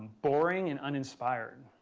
boring, and uninspiring.